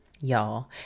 y'all